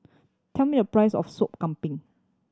tell me the price of Soup Kambing